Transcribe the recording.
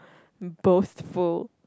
boastful